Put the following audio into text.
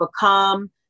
become